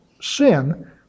sin